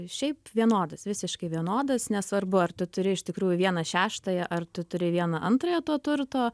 šiaip vienodas visiškai vienodas nesvarbu ar tu turi iš tikrųjų vieną šeštąją ar tu turi vieną antrąją to turto